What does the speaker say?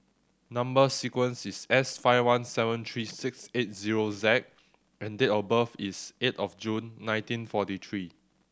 number sequence is S five one seven three six eight zero Z and date of birth is eight of June nineteen forty three